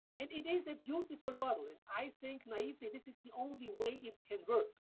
and it is a beautiful model, and i think, naively, this is the only way it can work!